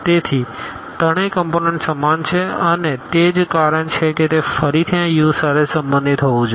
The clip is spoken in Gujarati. તેથી ત્રણેય કમપોનન્ટ સમાન છે અને તે જ કારણ છે કે તે ફરીથી આ U સાથે સંબંધિત હોવું જોઈએ